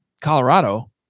Colorado